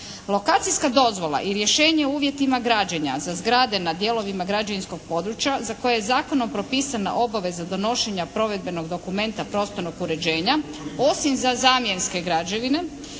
Lokacijska dozvola i rješenje o uvjetima građenja za zgrade na dijelovima građevinskog područja za koje je zakonom propisana obaveza donošenja provedbenog dokumenta prostornog uređenja osim za zamjenske građevine